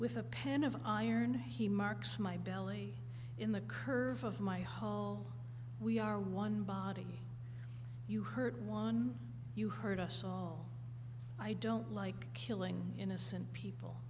with a pen of iron he marks my belly in the curve of my hall we are one body you hurt one you hurt us all i don't like killing innocent people